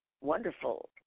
wonderful